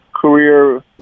Career